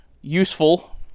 useful